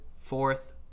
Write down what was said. fourth